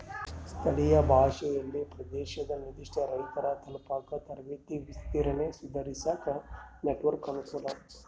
ಸ್ಥಳೀಯ ಭಾಷೆಯಲ್ಲಿ ಪ್ರದೇಶದ ನಿರ್ಧಿಷ್ಟ ರೈತರ ತಲುಪಾಕ ತರಬೇತಿ ವಿಸ್ತರಣೆ ಸುಧಾರಿಸಾಕ ನೆಟ್ವರ್ಕ್ ಅನುಕೂಲ